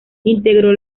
integró